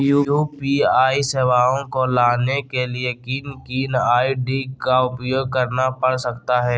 UPI सेवाएं को लाने के लिए किन किन आई.डी का उपयोग करना पड़ सकता है?